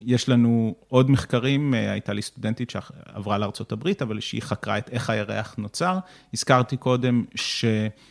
יש לנו עוד מחקרים, הייתה לי סטודנטית שעברה לארה״ב, אבל שהיא חקרה את איך הירח נוצר. הזכרתי קודם ש...